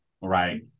Right